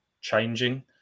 changing